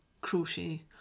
crochet